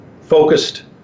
focused